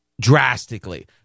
drastically